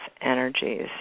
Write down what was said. energies